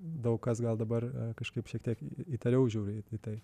daug kas gal dabar kažkaip šiek tiek įtariau žiūri į tai